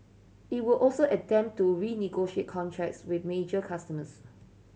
it would also attempt to renegotiate contracts with major customers